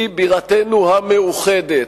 היא בירתנו המאוחדת.